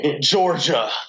Georgia